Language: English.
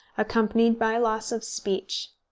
accompanied by loss of speech.